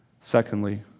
secondly